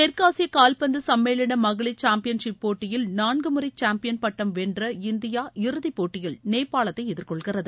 தெற்காசிய கால்பந்து சும்மேளன மகளிர் சாம்பியன்ஷிப் போட்டியில் நான்குமுறை சாம்பியன் பட்டம் வென்ற இந்தியா இறுதிப் போட்டியில் நேபாளத்தை எதிர்கொள்கிறது